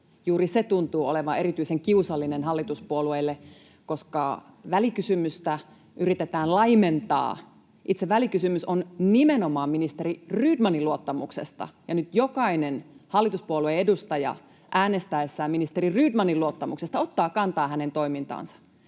juuri se tuntuu olevan erityisen kiusallinen hallituspuolueille, koska välikysymystä yritetään laimentaa. Itse välikysymys on nimenomaan ministeri Rydmanin luottamuksesta, ja nyt jokainen hallituspuolueen edustaja äänestäessään ministeri Rydmanin luottamuksesta ottaa kantaa hänen toimintaansa.